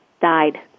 died